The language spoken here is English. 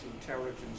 intelligence